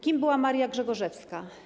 Kim była Maria Grzegorzewska?